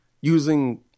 using